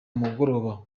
mugoroba